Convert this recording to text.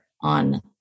on